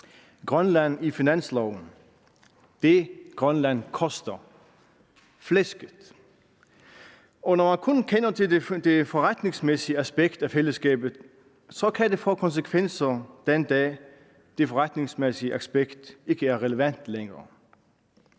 Grønland på finansloven – det, Grønland koster – flæsket. Og når man kun kender til det forretningsmæssige aspekt af fællesskabet, kan det få konsekvenser den dag, det forretningsmæssige aspekt ikke er relevant længere.